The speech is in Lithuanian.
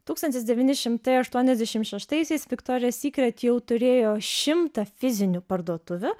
tūkstantis devyni šimtai aštuoniasdešimt šeštaisiais viktorija sykret jau turėjo šimtą fizinių parduotuvių